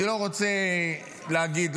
אני לא רוצה להגיד,